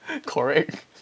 correct